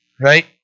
right